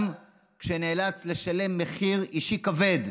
גם כשנאלץ לשלם מחיר אישי כבוד,